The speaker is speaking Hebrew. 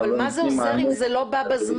אבל מה זה עוזר אם זה לא בא בזמן?